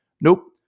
Nope